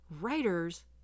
writers